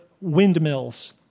windmills